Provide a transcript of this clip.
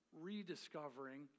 rediscovering